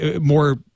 more